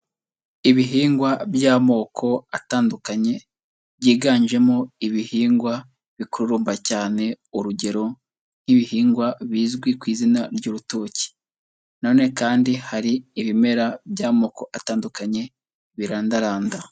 Ibihingwa by'amoko atandukanye byiganjemo ibihingwa bikururumba cyane urugero, nk'ibihingwa bizwi ku izina ry'urutoki, nanone kandi hari ibimera by'amoko atandukanye birandaranda.